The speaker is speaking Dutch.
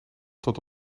tot